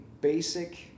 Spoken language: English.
basic